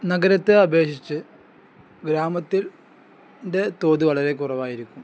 നഗരത്തെ അപേക്ഷിച്ച് ഗ്രാമത്തിന്റെ തോതു വളരെ കുറവായിരിക്കും